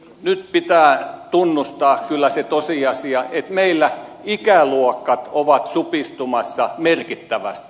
nyt pitää tunnustaa kyllä se tosiasia että meillä ikäluokat ovat supistumassa merkittävästi